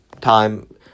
time